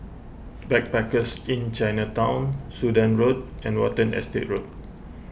Backpackers Inn Chinatown Sudan Road and Watten Estate Road